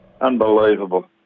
Unbelievable